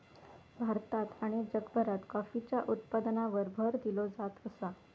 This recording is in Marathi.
भारतात आणि जगभरात कॉफीच्या उत्पादनावर भर दिलो जात आसा